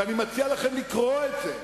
ואני מציע לכם לקרוא את זה,